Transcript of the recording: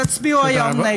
תצביעו היום נגד.